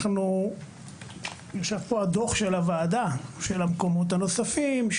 יש את דוח הוועדה לגבי המקומות הנוספים,